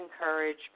encourage